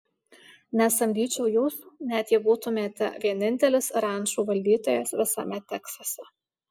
nesamdyčiau jūsų net jei būtumėte vienintelis rančų valdytojas visame teksase